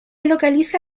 localiza